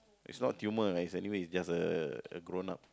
it's not tumour ah it's anyway just a a grown up